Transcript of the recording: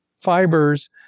fibers